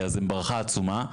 אז הם ברכה עצומה.